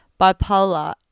Bipolar